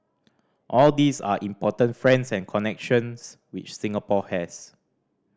all these are important friends and connections which Singapore has